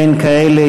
אין כאלה.